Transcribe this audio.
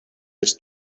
his